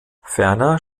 ferner